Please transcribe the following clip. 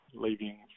leaving